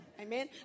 Amen